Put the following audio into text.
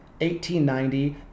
1890